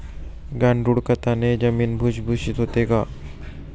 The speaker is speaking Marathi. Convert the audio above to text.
गांडूळ खताने जमीन भुसभुशीत होते का?